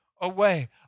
away